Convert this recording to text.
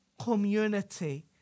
community